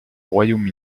royaume